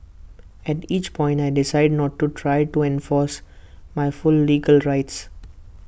at each point I decided not to try to enforce my full legal rights